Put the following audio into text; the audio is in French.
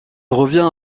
revient